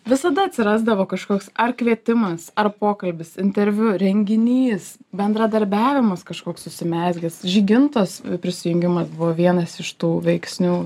visada atsirasdavo kažkoks ar kvietimas ar pokalbis interviu renginys bendradarbiavimas kažkoks užsimezgęs žygintos prisijungimas buvo vienas iš tų veiksnių